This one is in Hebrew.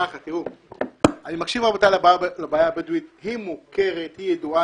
אני מקשיב לבעיה הבדואית שהיא מוכרת והיא ידועה.